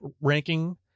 ranking